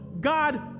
God